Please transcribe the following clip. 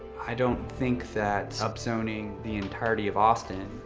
i don't think that upzoning the entirety of austin,